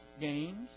Games